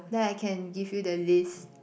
then I can give you the list